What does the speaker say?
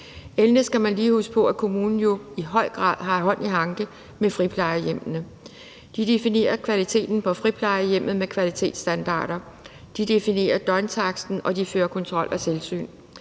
Endelig skal man lige huske på, at kommunen jo i høj grad har hånd i hanke med friplejehjemmene. De definerer kvaliteten på friplejehjemmet med kvalitetsstandarder. De definerer døgntaksten, og de fører kontrol og tilsyn.